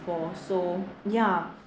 for so ya